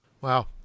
Wow